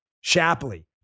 Shapley